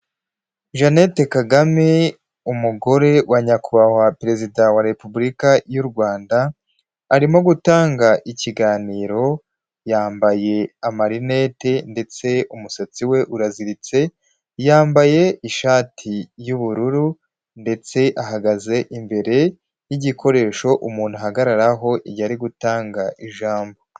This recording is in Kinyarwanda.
Jeannette KAGAME, umugore wa Nyakubahwa Perezida wa Repubulika y'u Rwanda arimo gutanga ikiganiro yambaye amarinete, ndetse umusatsi we uraziritse, yambaye ishati y'ubururu, ndetse ahagaze imbere y'igikoresho umuntu ahagararaho yari gutanga ijambo.